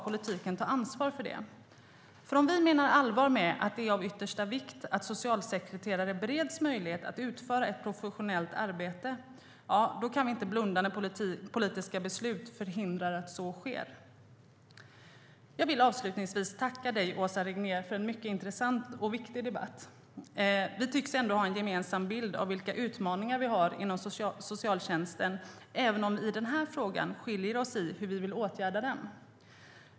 Om vi menar allvar med att det är av yttersta vikt att socialsekreterare bereds möjlighet att utföra ett professionellt arbete kan vi nämligen inte blunda när politiska beslut förhindrar att så sker. Jag vill avslutningsvis tacka dig, Åsa Regnér, för en mycket intressant och viktig debatt. Vi tycks ha en gemensam bild av vilka utmaningar vi har inom socialtjänsten, även om vi i den här frågan skiljer oss när det gäller hur vi vill åtgärda den.